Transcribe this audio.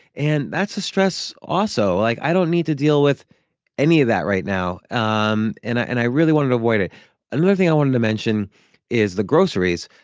and that's a stress also, like, i don't need to deal with any of that right now. um and i and i really wanted to avoid it another thing i wanted to mention is the groceries.